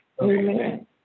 Amen